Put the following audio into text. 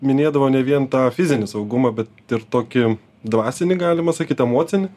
minėdavo ne vien tą fizinį saugumą bet ir tokį dvasinį galima sakyt emocinį